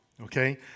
Okay